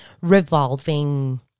revolving